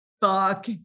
fuck